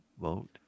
vote